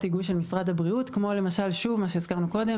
ההיגוי של משרד הבריאות כמו למשל מה שהזכרנו קודם,